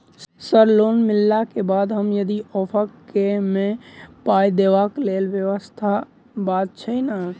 Sir loan मिलला केँ बाद हम यदि ऑफक केँ मे पाई देबाक लैल व्यवस्था बात छैय नै?